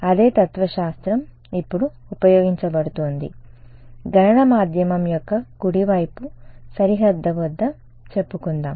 అదే తత్వశాస్త్రం ఇప్పుడు ఉపయోగించబడుతోంది గణన మాధ్యమం యొక్క కుడి వైపు సరిహద్దు వద్ద చెప్పుకుందాం